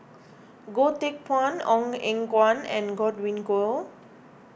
Goh Teck Phuan Ong Eng Guan and Godwin Koay